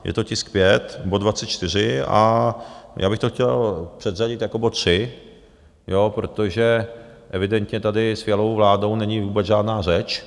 Je to tisk 5 bod 24 a já bych to chtěl předřadit jako bod 3, protože evidentně tady s Fialovou vládou není vůbec žádná řeč.